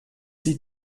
sie